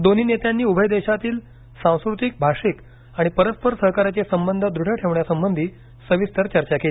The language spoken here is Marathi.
दोन्ही नेत्यांनी उभय देशातील सांस्कृतिक भाषिक आणि परस्पर सहकार्याचे संबंध दृढ ठेवण्यासंबंधी सविस्तर चर्चा केली